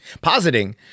positing